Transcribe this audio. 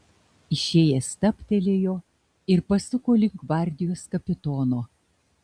išėjęs stabtelėjo ir pasuko link gvardijos kapitono